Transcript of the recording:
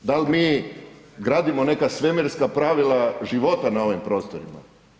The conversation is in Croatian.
Da li mi gradimo neka svemirska pravila života na ovim prostorima?